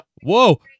Whoa